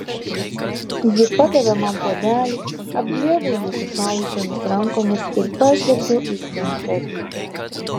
ji padavė man puodelį apglėbiau jį sušalusiomis rankomis ir pažvelgiau į sinklerį